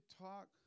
talk